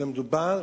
מדובר